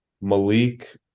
malik